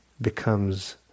becomes